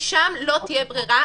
ושם לא תהיה בררה,